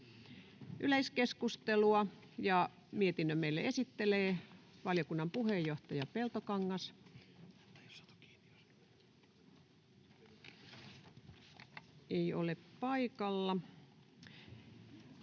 Yleiskeskustelua, ja mietinnön meille esittelee valiokunnan puheenjohtaja Peltokangas — ei ole paikalla.